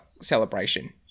celebration